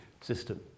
system